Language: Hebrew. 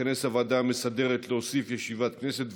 תתכנס הוועדה המסדרת להוסיף ישיבת כנסת,